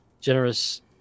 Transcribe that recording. generous